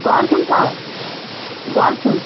गर्छौँ त गर्छौँ